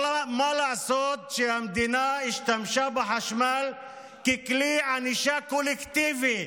אבל מה לעשות שהמדינה השתמשה בחשמל ככלי ענישה קולקטיבי